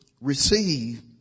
receive